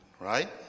right